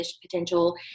potential